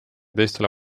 teistele